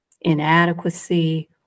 inadequacy